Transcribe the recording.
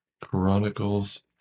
Chronicles